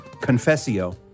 Confessio